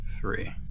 Three